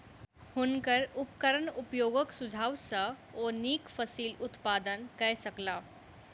हुनकर उपकरण उपयोगक सुझाव सॅ ओ नीक फसिल उत्पादन कय सकला